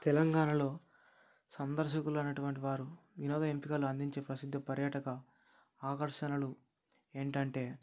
తెలంగాణలో సందర్శకులు అనేటువంటి వారు వినోదం ఎంపికలు అందించే ప్రసిద్ధ పర్యాటక ఆకర్షణలు ఏంటంటే